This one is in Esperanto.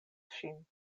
ŝin